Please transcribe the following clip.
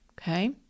Okay